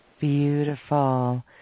Beautiful